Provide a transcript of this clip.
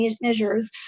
measures